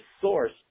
source